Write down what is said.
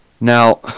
now